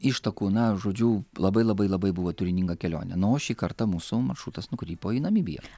ištakų na žodžiu labai labai labai buvo turininga kelionė na o šį kartą mūsų maršrutas nukrypo į namibiją